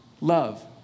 love